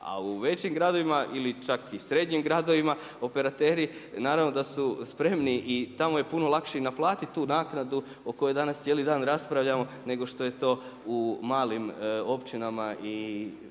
A u većim gradovima, ili čak u srednjim gradovima, operateri, naravno da su spremni i tamo je puno lakše i naplatiti tu naknadu o kojoj danas cijeli dan raspravljamo, nego što je to u malim općinama i malim